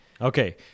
Okay